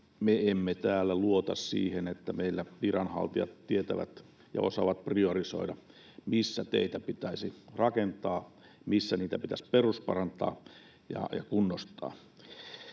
me emme täällä luota siihen, että meillä viranhaltijat tietävät ja osaavat priorisoida, missä teitä pitäisi rakentaa, missä niitä pitäisi perusparantaa ja kunnostaa.